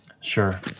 Sure